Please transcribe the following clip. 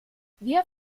wir